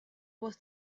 was